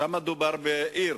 שם דובר בעיר,